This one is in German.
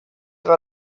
war